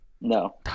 No